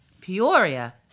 Peoria